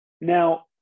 Now